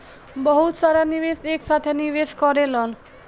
बहुत सारा निवेशक एक साथे निवेश करेलन